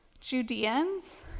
Judeans